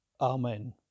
Amen